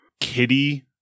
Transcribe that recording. kitty